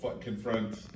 confront